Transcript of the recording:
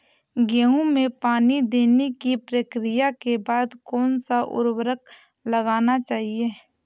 गेहूँ में पानी देने की प्रक्रिया के बाद कौन सा उर्वरक लगाना चाहिए?